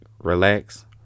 relax